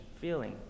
feeling